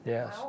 Yes